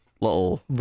little